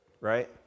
right